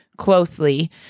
Closely